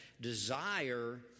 desire